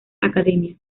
academia